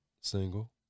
single